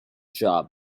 job